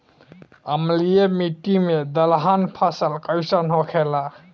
अम्लीय मिट्टी मे दलहन फसल कइसन होखेला?